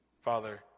Father